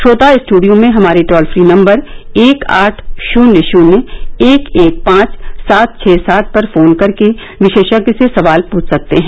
श्रोता स्टूडियो में हमारे टोल फ्री नम्बर एक आठ शून्य शून्य एक एक पांच सात छ सात पर फोन करके विशेषज्ञ से सवाल पूछ सकते हैं